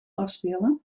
afspelen